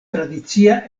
tradicia